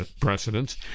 precedents